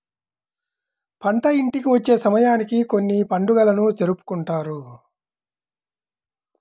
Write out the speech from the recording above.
పంట ఇంటికి వచ్చే సమయానికి కొన్ని పండుగలను జరుపుకుంటారు